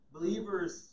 Believers